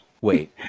Wait